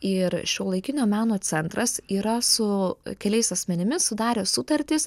ir šiuolaikinio meno centras yra su keliais asmenimis sudarę sutartis